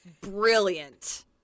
Brilliant